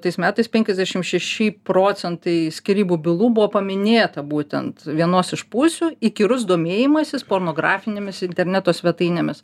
tais metais penkiasdešim šeši procentai skyrybų bylų buvo paminėta būtent vienos iš pusių įkyrus domėjimasis pornografinėmis interneto svetainėmis